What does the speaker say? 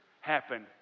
happen